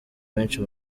benshi